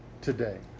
today